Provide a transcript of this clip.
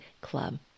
club